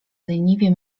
leniwie